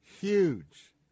huge